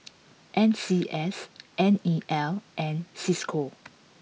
N C S N E L and Cisco